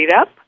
Up